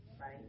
right